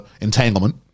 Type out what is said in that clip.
entanglement